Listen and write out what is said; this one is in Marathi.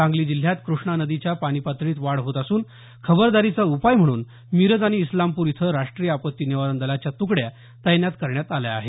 सांगली जिल्ह्यात कृष्णा नदीच्या पाणी पातळीत वाढ होत असून खबरदारीचा उपाय म्हणून मिरज आणि इस्लामपूर इथं राष्ट्रीय आपत्ती निवारण दलाच्या तुकड्या तैनात करण्यात आल्या आहेत